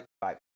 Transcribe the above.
Bye